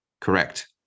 Correct